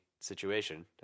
situation